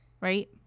Right